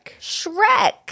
Shrek